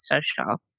social